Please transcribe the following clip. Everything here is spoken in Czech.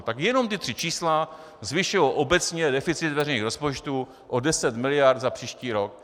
Tak jenom ta tři čísla zvyšují obecně deficit veřejných rozpočtů o 10 mld. za příští rok.